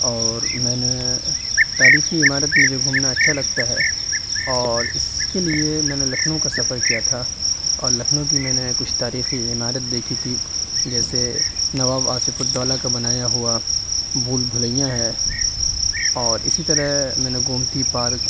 اور میں نے تاریخی عمارت مجھے گھومنا اچھا لگتا ہے اور اس کے لیے میں نے لکھنؤ کا سفر کیا تھا اور لکھنؤ کی میں نے کچھ تاریخی عمارت دیکھی تھی جیسے نواب آصف الدولہ کا بنایا ہوا بھول بھلیاں ہے اور اسی طرح میں نے گومتی پارک